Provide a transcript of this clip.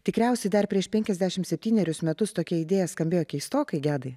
tikriausiai dar prieš penkiasdešimt septynerius metus tokia idėja skambėjo keistokai gedai